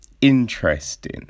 interesting